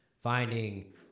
finding